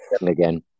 again